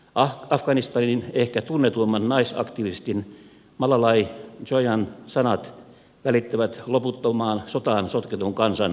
afganistanin ehkä tunnetuimman naisaktivistin malalai joyan sanat välittävät loputtomaan sotaan sotketun kansan tunnot